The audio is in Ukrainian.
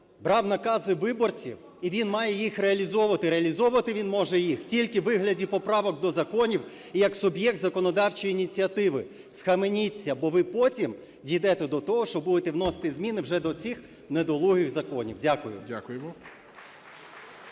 брав накази виборців, і він має їх реалізовувати. Реалізовувати він може їх тільки у вигляді поправок до законів і як суб'єкт законодавчої ініціативи. Схваменіться, бо ви потім дійдете до того, що будете вносити зміни вже до цих недолугих законів. Дякую.